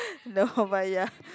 no but ya